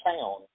town